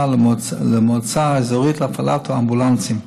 למועצה האזורית להפעלת האמבולנסים.